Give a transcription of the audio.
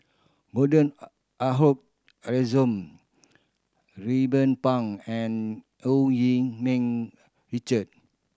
Gordon Ransome Ruben Pang and Yee Ming Richard